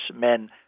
men